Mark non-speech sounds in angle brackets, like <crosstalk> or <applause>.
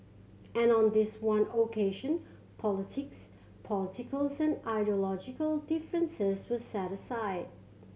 and on this one occasion politics political <unintelligible> ideological differences were set aside